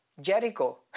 Jericho